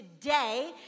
today